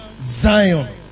zion